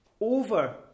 over